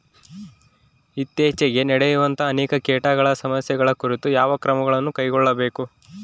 ಇತ್ತೇಚಿಗೆ ನಡೆಯುವಂತಹ ಅನೇಕ ಕೇಟಗಳ ಸಮಸ್ಯೆಗಳ ಕುರಿತು ಯಾವ ಕ್ರಮಗಳನ್ನು ಕೈಗೊಳ್ಳಬೇಕು?